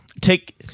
Take